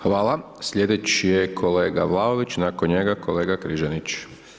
Hvala, slijedeći je kolega Vlaović, nakon njega kolega Križanić.